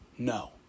No